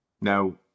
Now